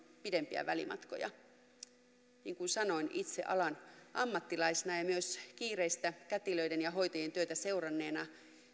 pidempiä välimatkoja niin kuin sanoin itse alan ammattilaisena ja ja myös kiireistä kätilöiden ja hoitajien työtä seuranneena